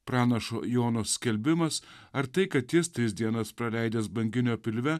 pranašo jono skelbimas ar tai kad jis tris dienas praleidęs banginio pilve